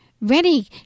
ready